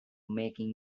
making